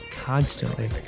Constantly